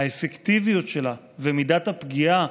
האפקטיביות שלה ומידת הפגיעה,